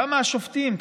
כמה השופטים,